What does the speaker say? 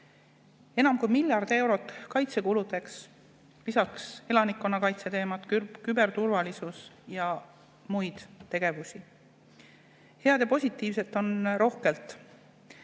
Enam kui miljard eurot läheb kaitsekuludeks, lisaks on elanikkonnakaitse teemad, küberturvalisus ja muud tegevused. Head ja positiivset on rohkelt.